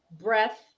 breath